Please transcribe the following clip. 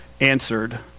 answered